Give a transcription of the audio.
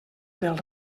del